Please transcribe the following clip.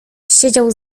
siedział